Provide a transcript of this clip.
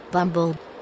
Bumble